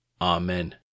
Amen